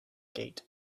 gate